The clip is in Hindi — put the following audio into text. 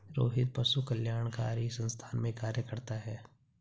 रोहित पशु कल्याणकारी संस्थान में कार्य करता है